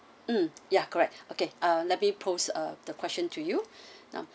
mm yeah correct okay uh let me post uh the question to you now